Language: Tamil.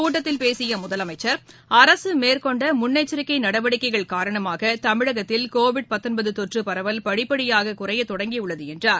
கூட்டத்தில் பேசிய முதலமைச்சர் அரசு மேற்கொண்ட முன்னெச்சிக்கை நடவடிக்கைகள் காரணமாக தமிழகத்தில் கோவிட் தொற்று பரவல் படிப்படியாக குறையத் தொடங்கியுள்ளது என்றார்